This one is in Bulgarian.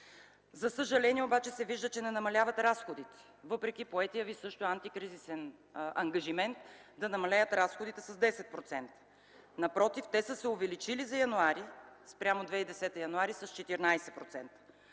За съжаление обаче се вижда, че не намаляват разходите, въпреки поетия ви антикризисен ангажимент да намалеят разходите с 10%. Напротив, те са се увеличили за м. януари спрямо м. януари 2010